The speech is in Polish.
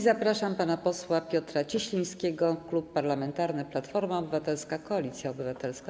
Zapraszam pana posła Piotra Cieślińskiego, Klub Parlamentarny Platforma Obywatelska - Koalicja Obywatelska.